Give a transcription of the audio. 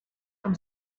from